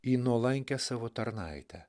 į nuolankią savo tarnaitę